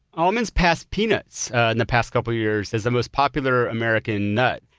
almonds passed peanuts in the past couple years as the most popular american nut.